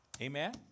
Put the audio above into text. amen